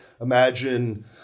Imagine –